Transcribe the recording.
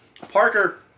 Parker